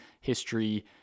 history